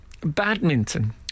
badminton